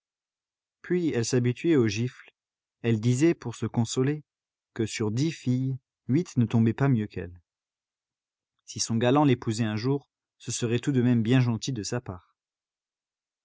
puis elle s'habituait aux gifles elle disait pour se consoler que sur dix filles huit ne tombaient pas mieux qu'elle si son galant l'épousait un jour ce serait tout de même bien gentil de sa part